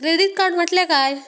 Credit card म्हटल्या काय?